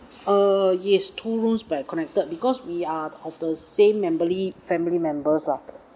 uh yes two rooms by connected because we are of the same family family members lah